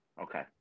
Okay